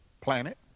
planet